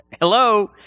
Hello